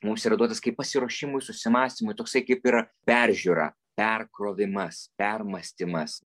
mums yra duotas kaip pasiruošimui susimąstymui toksai kaip ir peržiūra perkrovimas permąstymas